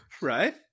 Right